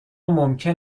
ممکن